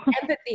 empathy